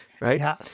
right